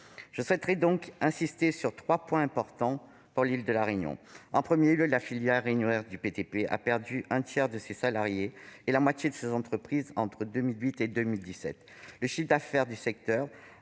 je souhaite insister sur trois points importants pour l'île de La Réunion. En premier lieu, la filière réunionnaise du BTP a perdu un tiers de ses salariés et la moitié de ses entreprises entre 2008 et 2017. Le chiffre d'affaires du secteur